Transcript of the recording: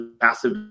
passive